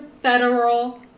federal